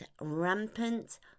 Rampant